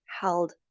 held